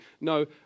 No